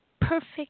perfect